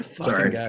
Sorry